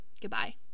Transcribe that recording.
Goodbye